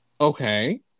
Okay